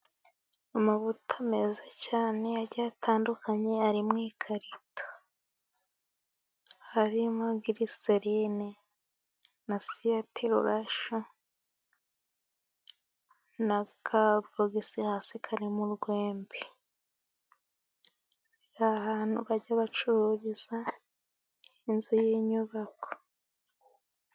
Amavuta meza cyane, agiye atandukanye, ari mu ikarito harimo giriserine, nasiyeti roresiyo n'akabogisi hasi, karimo urwembe, n'ahantu bajya bacururiza inzu y'inyubako.